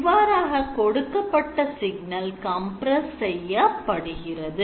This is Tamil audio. இவ்வாறாக கொடுக்கப்பட்ட சிக்னல் compress செய்யப்படுகிறது